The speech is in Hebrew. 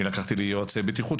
אני לקחתי לי יועצי בטיחות,